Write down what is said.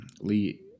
Lee